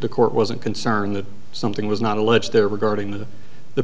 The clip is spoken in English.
the court wasn't concerned that something was not alleged there regarding the the